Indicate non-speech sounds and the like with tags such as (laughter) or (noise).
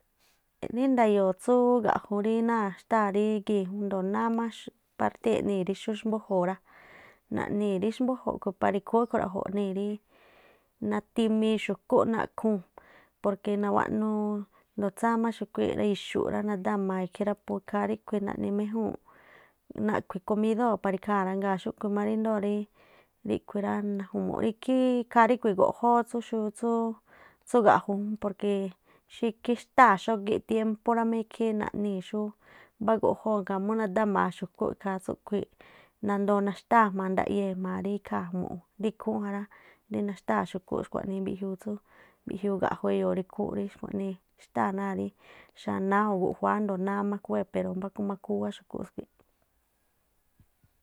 Rí nda̱yo̱o̱ tsú gaꞌju rí náa̱ xtáa̱ rí gii̱ jún jndoo̱ náá máxx- partíi̱- eꞌnii̱ rí xú xmbuꞌju̱u̱ rá, naꞌnii̱ rí xmbújo̱ para ikhúún ikhruaꞌjo̱ nii rí natimii xu̱kúꞌ naꞌkhúu̱n porque nawáꞌnú xu̱kúꞌ, ndoo tsáá má xu̱khuíi̱ rá, ixu̱ꞌ nadamaa̱ ikhí rá pú ikhaa ríꞌkhui̱ naꞌni méjúu̱n naꞌkhui̱ komidóo̱ para ikhaa̱ rá. Ngaa̱ xúꞌkhui̱ má ríndoo̱ rí ríꞌkhui̱ rá najumu̱ꞌ ikhaa̱ ríꞌkhui̱ guꞌjóó tsúú tsúú xn (hesitation) tsú gaꞌju jún xú ikhí xtá̱a̱ xogíꞌ tiémpú rá mí, ikhi naꞌnii̱ mbá guꞌjóo̱ ngaa̱ mu nadámaa xu̱kúꞌ ikha tsúꞌkhui̱i̱ꞌ nandoo naxtáa̱ jma̱a ndaꞌyé rí ikhaa̱ ju̱mu̱ꞌ rí ikhúún jará, rí nanxtáa̱ xu̱kúꞌ xkhuaꞌnii mbiꞌjiuu tsú mbiꞌjiuu gaꞌju e̱yo̱o̱ rí ikhúún rí khuaꞌniiꞌ xtá̱á̱ náa̱ rí xanáá o̱ guꞌjuáá a̱ndo̱o náá má rí khúwée̱ pero mb́áku má khúwé xkúꞌ skhui̱.